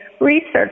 research